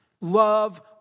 Love